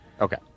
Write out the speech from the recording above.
Okay